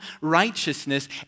righteousness